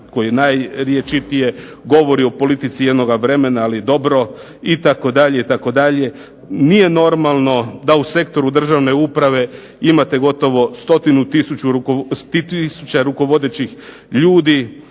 koji najrječitije govori o politici jednog vremena bilo bi dobro itd., itd. Nije normalno da u sektoru državne uprave imate gotovo 100 tisuća rukovodećih ljudi,